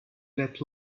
let